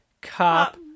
Cop